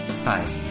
Hi